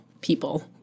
people